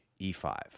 e5